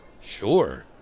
Sure